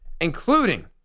including